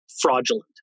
fraudulent